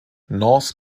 north